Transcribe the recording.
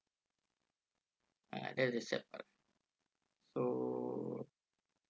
ah that is the sad part so